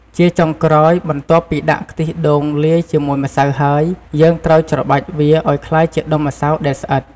ជាចុងក្រោយ បន្ទាប់ពីដាក់ខ្ទិះដូងលាយជាមួយម្សៅហើយ យើងត្រូវច្របាច់វាឲ្យក្លាយជាដុំម្សៅដែលស្អិត។